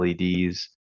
LEDs